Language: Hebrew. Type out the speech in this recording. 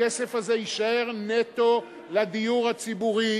הכסף הזה יישאר נטו לדיור הציבורי,